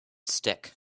stick